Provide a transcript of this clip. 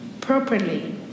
properly